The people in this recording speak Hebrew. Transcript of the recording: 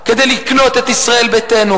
כדי לקנות את ישראל ביתנו,